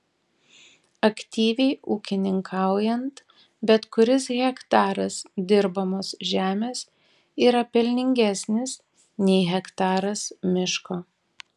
aktyviai ūkininkaujant bet kuris hektaras dirbamos žemės yra pelningesnis nei hektaras miško